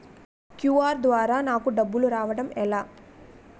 QR ద్వారా నాకు డబ్బులు రావడం ఎలా?